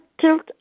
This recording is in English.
tilt